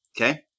Okay